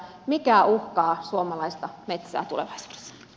mikä uhkaa suomalaista metsää tulevaisuudessa